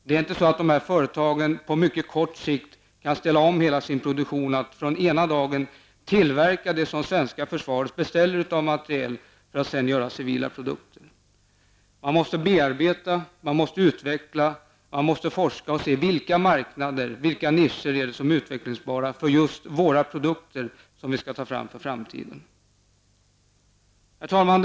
Det är inte så enkelt som att dessa företag kan ställa om hela sin produktion från att ena dagen tillverka det som det svenska försvaret beställer i fråga om materiel, för att sedan gå över till att göra civila produkter. Man måste bearbeta, utveckla och forska för att se vilka möjligheter och nischer som är utvecklingsbara för just de egna produkterna som skall tillverkas i framtiden. Herr talman!